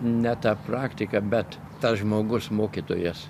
ne ta praktika bet tas žmogus mokytojas